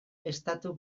estatu